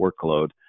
workload